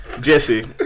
Jesse